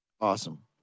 Awesome